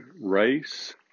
race